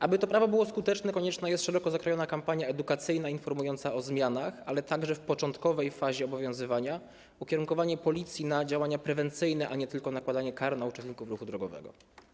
Aby to prawo było skuteczne, konieczna jest szeroko zakrojona kampania edukacyjna informująca o zmianach, ale także w początkowej fazie obowiązywania ukierunkowanie Policji na działania prewencyjne, a nie tylko nakładanie kar na uczestników ruchu drogowego.